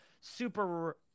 super